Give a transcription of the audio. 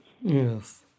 yes